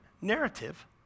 narrative